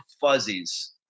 fuzzies